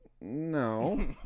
no